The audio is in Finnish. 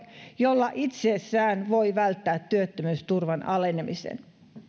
jolla itsessään voi välttää työttömyysturvan alenemisen